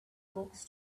books